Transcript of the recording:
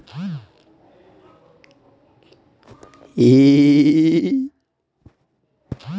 ಯಾರಿಗೆಂದು ಯೋಜನೆ ದೃಢಪಟ್ಟಿದೆ?